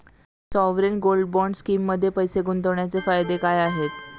Sovereign gold bond स्कीममध्ये पैसे गुंतवण्याचे फायदे काय आहेत?